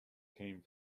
came